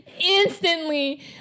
instantly